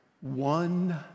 one